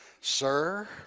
sir